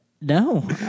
No